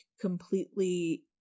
completely